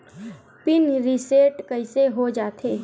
Pin reset कइसे हो जाथे?